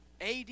AD